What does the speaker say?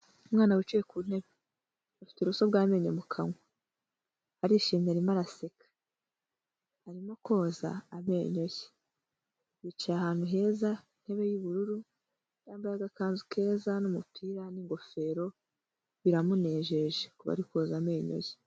Umwana wicaye ku ntebe, afite uburoso bw'amenyo mu kanwa, arishimimye arimo araseka, arimo koza amenyo ye yicaye ahantu heza, intebe y'ubururu yambaye agakanzu keza n'umupira, n'ingofero biramunejeje kuba ari koza amenyo ye.